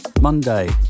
Monday